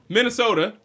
Minnesota